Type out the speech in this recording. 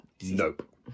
Nope